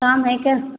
काम है क्या